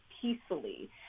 peacefully